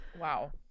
Wow